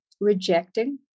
rejecting